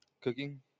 Cooking